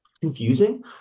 confusing